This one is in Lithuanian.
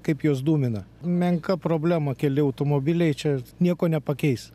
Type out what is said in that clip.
kaip jos dūmina menka problema keli automobilai čia nieko nepakeis